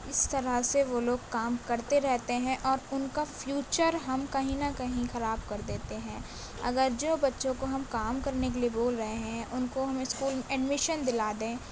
اس طرح سے وہ لوگ کام کرتے رہتے ہیں اور ان کا فیوچر ہم کہیں نہ کہیں خراب کر دیتے ہیں اگر جو بچوں کو ہم کام کرنے کے لیے بول رہے ہیں ان کو ہم اسکول ایڈمیشن دلا دیں